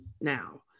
now